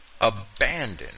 abandon